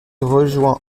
rejoint